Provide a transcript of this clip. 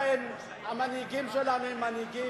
המנהיגים שלנו הם מנהיגים.